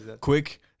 quick